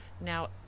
Now